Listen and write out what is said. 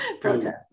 protest